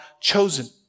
chosen